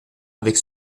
avec